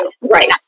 Right